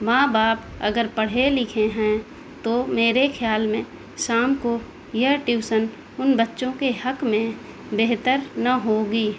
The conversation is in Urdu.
ماں باپ اگر پڑھے لکھے ہیں تو میرے خیال میں شام کو یہ ٹیوسن ان بچوں کے حق میں بہتر نہ ہوگی